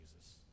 Jesus